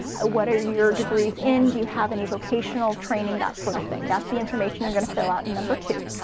ah what are your degrees in, do you have any vocational training, that sort of thing that's the information you're gonna fill out in number two.